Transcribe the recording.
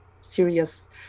serious